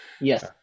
Yes